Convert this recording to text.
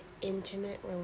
intimate